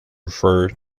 refer